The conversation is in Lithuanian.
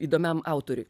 įdomiam autoriui